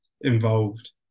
involved